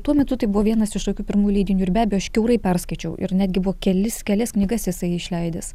tuo metu tai buvo vienas iš tokių pirmų leidinių ir be abejo aš kiaurai perskaičiau ir netgi buvo kelis kelias knygas jisai išleidęs